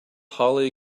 holly